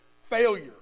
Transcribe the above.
failure